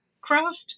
craft